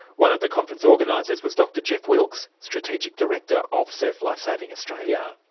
one of the conference organizers was dr jeff wilks, strategic director of surf life saving australia.